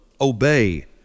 obey